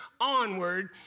onward